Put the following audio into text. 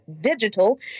digital